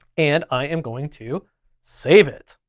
and i am going to save it.